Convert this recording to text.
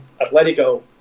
Atletico